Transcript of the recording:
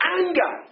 anger